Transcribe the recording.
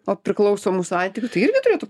o priklausomų santykių tai irgi turėtų